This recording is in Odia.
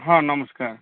ହଁ ନମସ୍କାର